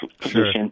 position